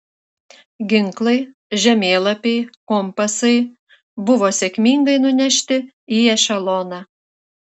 ginklai žemėlapiai kompasai buvo sėkmingai nunešti į ešeloną